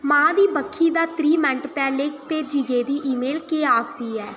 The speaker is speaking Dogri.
मां दी बक्खी दा त्रीह् मिंट पैह्लें भेजी गेदी ईमेल केह् आखदी ऐ